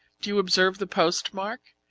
do you observe the postmark?